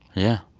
yeah.